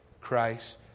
Christ